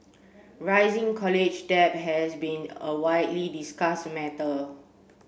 rising college debt has been a widely discussed matter